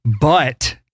but-